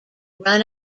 run